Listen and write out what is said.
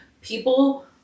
People